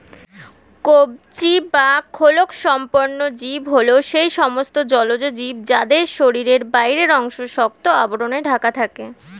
কবচী বা খোলকসম্পন্ন জীব হল সেই সমস্ত জলজ জীব যাদের শরীরের বাইরের অংশ শক্ত আবরণে ঢাকা থাকে